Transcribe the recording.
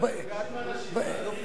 תגידו לנו מי אלה.